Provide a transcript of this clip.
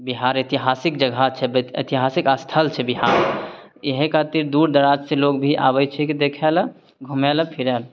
बिहार एतिहासिक जगह छै एतिहासिक स्थल छै बिहार इएहे खातिर दूर दराज सँ लोग भी आबय छै की देखय लए घूमय लए फिरय लए